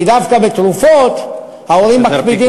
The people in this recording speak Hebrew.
כי דווקא בתרופות ההורים מקפידים,